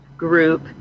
group